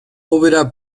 obra